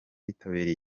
yitabiriye